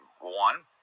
One